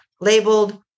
labeled